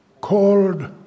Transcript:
called